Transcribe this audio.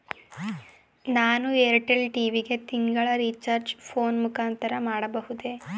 ನಾನು Airtel TV ಗೆ ತಿಂಗಳ ರಿಚಾರ್ಜ್ ಫೋನ್ ಮುಖಾಂತರ ಮಾಡಬಹುದೇ?